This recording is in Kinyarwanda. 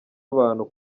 abantu